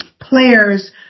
players